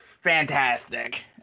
fantastic